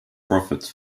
profits